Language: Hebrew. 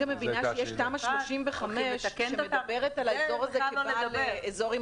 אני גם מבינה שיש תמ"א 35 שמדברת על האזור הזה כאזור עם